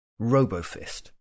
Robofist